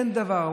אין דבר,